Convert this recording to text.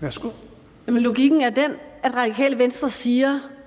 Kl. 12:08 Fjerde næstformand